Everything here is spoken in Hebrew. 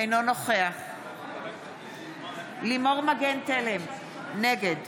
אינו נוכח לימור מגן תלם, נגד